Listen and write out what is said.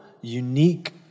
unique